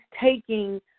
taking